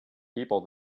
people